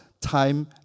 time